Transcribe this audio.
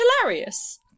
hilarious